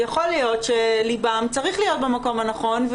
יכול להיות שליבם צריך להיות במקום הנכון.